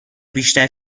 بیشتر